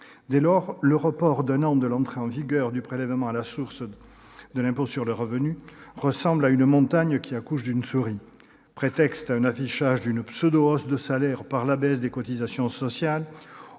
Dès lors, le report d'un an de l'entrée en vigueur du prélèvement à la source de l'impôt sur le revenu ressemble à « la montagne qui accouche d'une souris »; il sert de prétexte à l'affichage d'une pseudo-hausse de salaire la baisse des cotisations sociales-